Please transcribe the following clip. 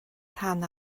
rhan